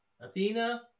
Athena